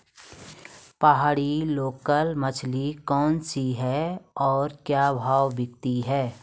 पहाड़ी लोकल मछली कौन सी है और क्या भाव बिकती है?